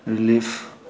relief